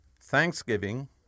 Thanksgiving